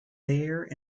there